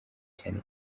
cyane